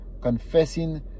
confessing